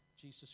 Jesus